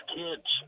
kids